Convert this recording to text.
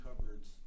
cupboards